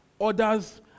others